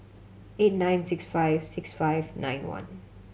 eight nine six five six five nine one